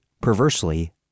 perversely